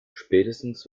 spätestens